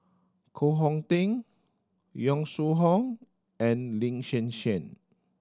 Koh Hong Teng Yong Shu Hoong and Lin Hsin Hsin